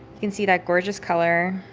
you can see that gorgeous color.